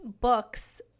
books